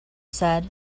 said